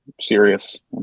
serious